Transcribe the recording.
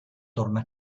torna